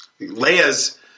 Leia's